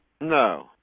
No